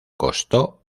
costó